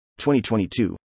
2022